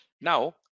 Now